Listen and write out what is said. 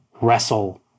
wrestle